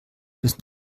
bis